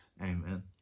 Amen